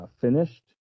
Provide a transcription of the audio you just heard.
finished